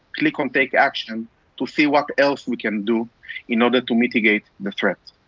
click on take action to see what else we can do in order to mitigate the threat.